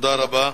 תודה רבה.